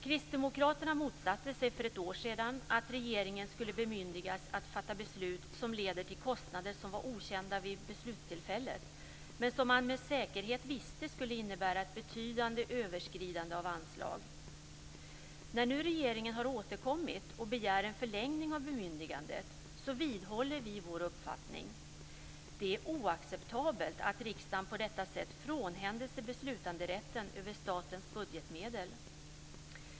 Kristdemokraterna motsatte sig för ett år sedan att regeringen skulle bemyndigas att fatta beslut som leder till kostnader som var okända vid beslutstillfället, men som man med säkerhet visste skulle innebära ett betydande överskridande av anslag. När nu regeringen har återkommit och begär en förlängning av bemyndigandet vidhåller vi vår uppfattning. Det är oacceptabelt att riksdagen på detta sätt frånhänder sig beslutanderätten över statens budgetmedel.